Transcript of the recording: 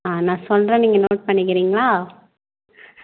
ஆ நான் சொல்கிறேன் நீங்கள் நோட் பண்ணிக்கிறீங்களா